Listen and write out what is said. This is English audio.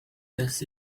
does